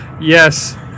Yes